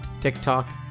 TikTok